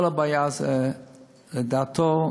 לדעתו,